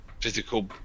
physical